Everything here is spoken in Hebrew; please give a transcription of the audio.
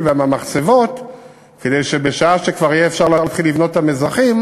ומהמחצבות כדי שבשעה שכבר יהיה אפשר להתחיל לבנות את המזחים